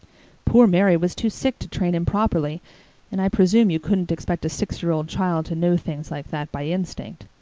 poor mary was too sick to train him properly and i presume you couldn't expect a six-year-old child to know things like that by instinct.